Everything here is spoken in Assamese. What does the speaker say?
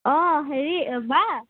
অঁ হেৰি বা